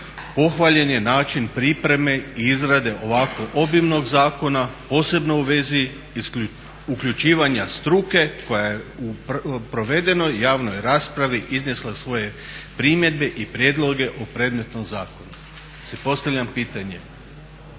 pohvaljen je način pripreme i izrade ovako obimnog zakona, posebno u vezi uključivanja struke koja je u provedenoj javnoj raspravi iznijela svoje primjedbe i prijedloge o predmetnom zakonu. Sada postavljam pitanje,